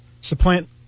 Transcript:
Supplant